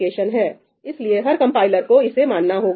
यह ओपनएमपी का स्पेसिफिकेशन है इसलिए हर कंपाइलर को इसे मानना होगा